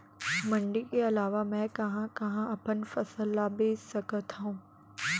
मण्डी के अलावा मैं कहाँ कहाँ अपन फसल ला बेच सकत हँव?